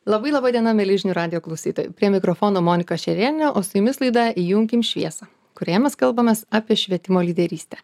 labai laba diena mieli žinių radijo klausytojai prie mikrofono monika šerėnienė o su jumis laida įjunkim šviesą kurioje mes kalbamės apie švietimo lyderystę